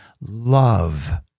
love